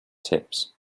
tips